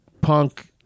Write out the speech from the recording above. punk